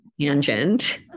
tangent